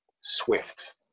swift